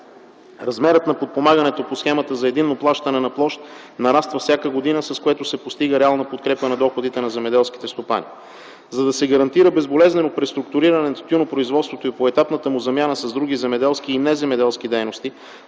Размерът на подпомагането по схемата за единно плащане на площ нараства всяка година, с което се постига реална подкрепа на доходите на земеделските стопани. За да се гарантира безболезнено преструктуриране на тютюнопроизводството и поетапната му замяна с други земеделски и неземеделски дейности,